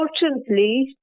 Unfortunately